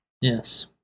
yes